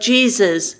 Jesus